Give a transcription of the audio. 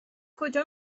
کجا